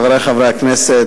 חברי חברי הכנסת,